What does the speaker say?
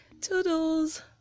Toodles